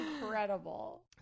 incredible